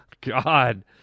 God